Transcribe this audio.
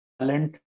talent